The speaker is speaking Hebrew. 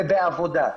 זה בעבודה.